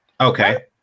Okay